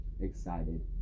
excited